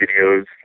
videos